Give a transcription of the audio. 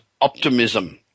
optimism